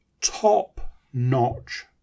top-notch